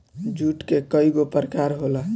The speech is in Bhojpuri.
जुट के कइगो प्रकार होला